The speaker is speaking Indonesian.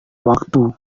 waktu